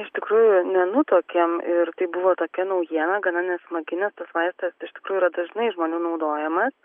iš tikrųjų nenutuokėm ir tai buvo tokia naujiena gana nesmagi nes tas vaistas iš tikrųjų yra dažnai žmonių naudojamas